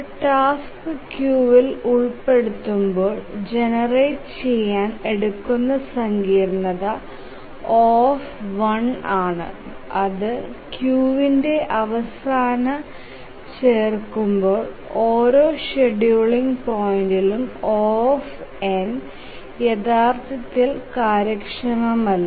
ഒരു ടാസ്ക് ക്യൂവിൽ ഉൾപ്പെടുത്തുമ്പോൾ ജനറേറ്റ് ചെയാൻ എടുക്കുന്ന സങ്കീർണ്ണത O ആണ് അത് ക്യൂവിന്റെ അവസാനം ചേർക്കുമ്പോൾ ഓരോ ഷെഡ്യൂളിംഗ് പോയിന്റിലും O യഥാർത്ഥത്തിൽ കാര്യക്ഷമമല്ല